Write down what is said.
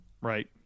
Right